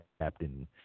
captain